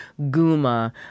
Guma